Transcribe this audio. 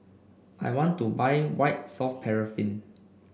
I want to buy White Soft Paraffin